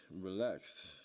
relaxed